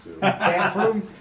Bathroom